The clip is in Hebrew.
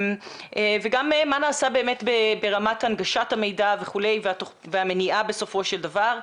וגם מה נעשה ברמת הנגשת המידע והמניעה בסופו של דבר.